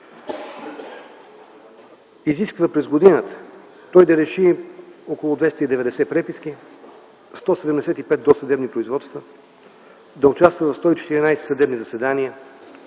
изисква през годината той да реши около 290 преписки, 175 досъдебни производства, да участва в 114 съдебни заседания,